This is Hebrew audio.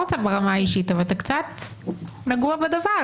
ברמה האישית, אבל אתה קצת נגוע בדבר.